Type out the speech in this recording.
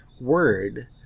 word